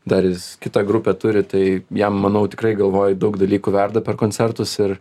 dar jis kitą grupę turi tai jam manau tikrai galvoju daug dalykų verda per koncertus ir